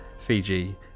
Fiji